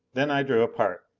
then i drew apart,